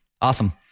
Awesome